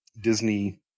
Disney